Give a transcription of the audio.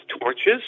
torches